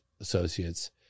associates